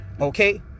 Okay